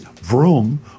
Vroom